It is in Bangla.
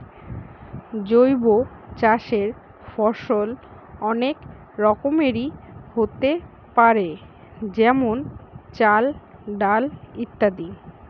জৈব চাষের ফসল অনেক রকমেরই হোতে পারে যেমন চাল, ডাল ইত্যাদি